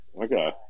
Okay